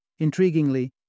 Intriguingly